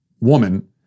woman